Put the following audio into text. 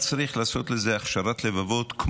היה צריך לעשות לזה הכשרת לבבות,